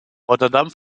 rotterdam